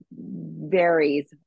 varies